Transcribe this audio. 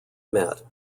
met